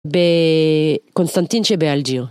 בקונסטנטין שבאלגי'ר